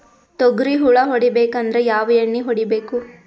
ತೊಗ್ರಿ ಹುಳ ಹೊಡಿಬೇಕಂದ್ರ ಯಾವ್ ಎಣ್ಣಿ ಹೊಡಿಬೇಕು?